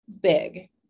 big